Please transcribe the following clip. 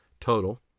total